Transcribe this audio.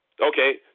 Okay